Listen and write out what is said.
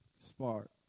spark